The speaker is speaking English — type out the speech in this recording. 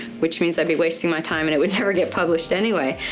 which means i'd be wasting my time and it would never get published anyway,